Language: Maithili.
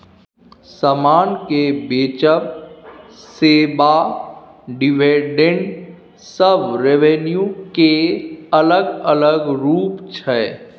समान केँ बेचब, सेबा, डिविडेंड सब रेवेन्यू केर अलग अलग रुप छै